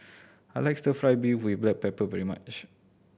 I like Stir Fry beef with black pepper very much